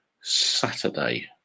Saturday